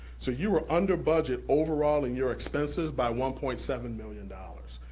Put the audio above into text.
so you were under budget overall in your expenses by one point seven million dollars.